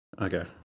Okay